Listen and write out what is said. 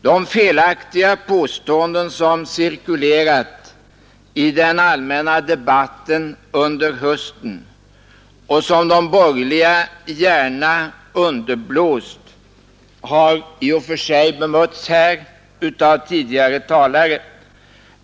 De felaktiga påståenden som cirkulerat i den allmänna debatten under hösten och som de borgerliga gärna underblåst har i och för sig bemötts här av tidigare talare.